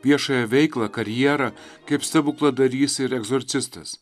viešąją veiklą karjerą kaip stebukladarys ir egzorcistas